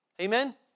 Amen